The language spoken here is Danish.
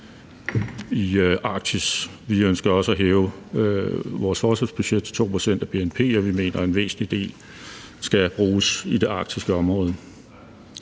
i Arktis. Vi ønsker også at hæve vores forsvarsbudget til 2 pct. af bnp, og vi mener, at en væsentlig del skal bruges i det arktiske område.